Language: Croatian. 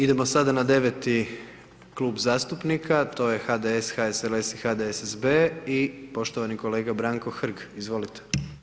Idemo sada na 9.-ti klub zastupnika, to je HDS, HSLS i HDSSB i poštovani kolega Branko Hrg, izvolite.